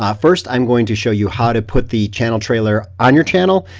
um first i'm going to show you how to put the channel trailer on your channel,